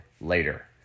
later